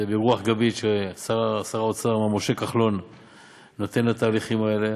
זה רוח גבית ששר האוצר משה כחלון נותן לתהליכים האלה.